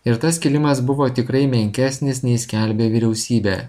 ir tas kilimas buvo tikrai menkesnis nei skelbė vyriausybė